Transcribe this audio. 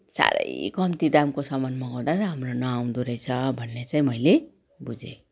साह्रै कम्ती दामको सामान मगाउँदा राम्रो नआउँदो रहेछ भन्ने चाहिँ मैले बुझैँ